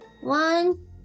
One